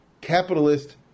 capitalist